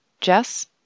jess